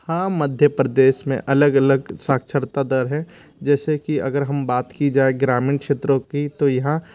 हाँ मध्य प्रदेश में अलग अलग साक्षरता दर है जैसे कि अगर हम बात की जाए ग्रामीण क्षेत्रों की तो यहाँ